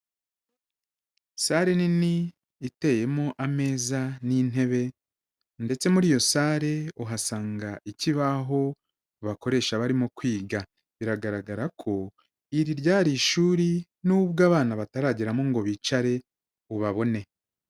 Salle nini iteyemo ameza n'intebe, ndetse muri iyo sale uhasanga ikibaho bakoresha barimo kwiga, biragaragara ko iri ryari ishuri nubwo abana batarageramo ngo bicare ubabone.